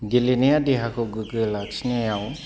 गेलेनाया देहाखौ गोगो लाखिनायाव